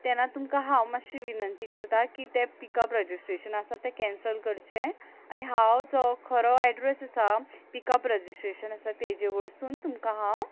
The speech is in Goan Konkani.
तेन्ना तुमकां हांव मातशें विनंती करतां की तें पिकअप रजिस्ट्रेशन आसा तें कँसल करचें आनी हांव जो खरो एड्रेस आसा पिकअप रजिस्ट्रेशन आसा तेजे वरसून तुमकां हांव